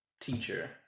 teacher